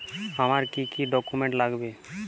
আমার কি কি ডকুমেন্ট লাগবে?